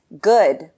good